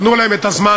תנו להם את הזמן.